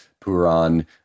Puran